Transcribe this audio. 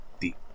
deep